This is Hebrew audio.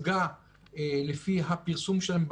לפי הפרסום שלהם,